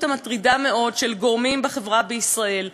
המטרידה-מאוד של גורמים בחברה בישראל: